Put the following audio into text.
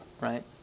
right